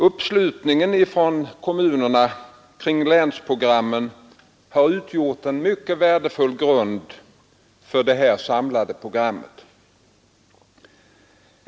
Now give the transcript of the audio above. Kommunernas uppslutning kring länsprogrammen har också utgjort en mycket värdefull grund för detta samlade program.